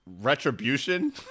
retribution